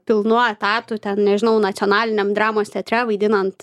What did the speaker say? pilnų etatu ten nežinau nacionaliniam dramos teatre vaidinant